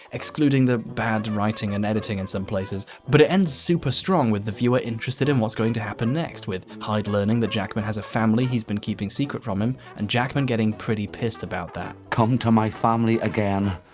excluding the bad writing and editing in some places. but it ends super strong with the viewer interested in what's going to happen next with hyde learning that jackman has a family he's been keeping secret from him and jackman getting pretty pissed about that. come to my family again,